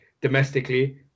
domestically